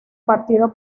partido